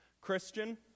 Christian